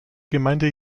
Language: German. gemeinde